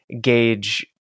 gauge